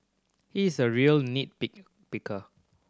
he is a real nit pick picker